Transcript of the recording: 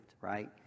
right